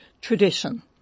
tradition